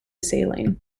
saline